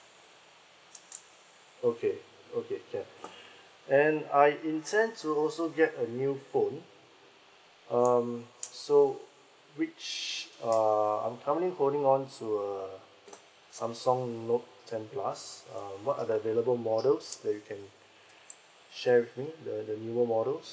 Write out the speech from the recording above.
okay okay can and I intend to also get a new phone um so which uh I'm currently holding on to a samsung note ten plus um what are the available models that you can share with me the the newer models